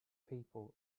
people